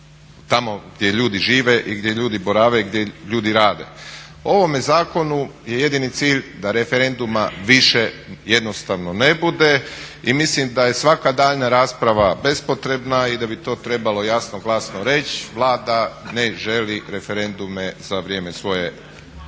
tamo gdje ljudi žive i gdje ljudi borave i gdje ljudi rade. Ovome zakonu je jedini cilj da referenduma više jednostavno ne bude i mislim da je svaka daljnja rasprava bespotrebna i da bi to trebalo jasno, glasno reći. Vlada ne želi referendume za vrijeme svoje vladavine.